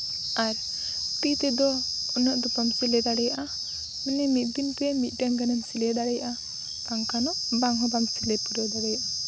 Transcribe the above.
ᱟᱨ ᱛᱤ ᱛᱮᱫᱚ ᱩᱱᱟᱹᱜ ᱫᱚ ᱵᱟᱢ ᱥᱤᱞᱟᱹᱭ ᱫᱟᱲᱮᱭᱟᱜᱼᱟ ᱢᱟᱱᱮ ᱢᱤᱫ ᱫᱤᱱ ᱛᱮ ᱢᱤᱫᱴᱟᱝ ᱜᱟᱱᱮᱢ ᱥᱤᱞᱟᱹᱭ ᱫᱟᱲᱮᱭᱟᱜᱼᱟ ᱵᱟᱝᱠᱷᱟᱱ ᱫᱚ ᱵᱟᱝ ᱦᱚᱸ ᱵᱟᱢ ᱥᱤᱞᱟᱹᱭ ᱯᱩᱨᱟᱹᱣ ᱫᱟᱲᱮᱭᱟᱜᱼᱟ